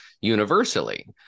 universally